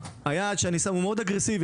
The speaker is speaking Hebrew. היעד שאני שם הוא מאוד אגרסיבי,